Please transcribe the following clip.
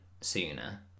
sooner